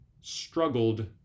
struggled